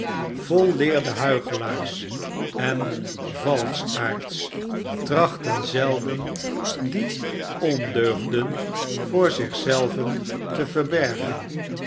maken volleerde huichelaars en valschaards trachten zelden die ondeugden voor zich zelven te verbergen